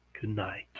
goodnight